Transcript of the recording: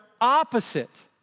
opposite